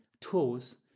tools